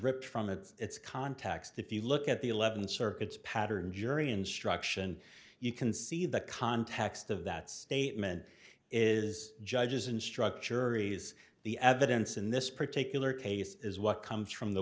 ripped from its context if you look at the eleven circuits pattern jury instruction you can see the context of that statement is judges and structure is the evidence in this particular case is what comes from the